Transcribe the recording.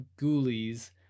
ghoulies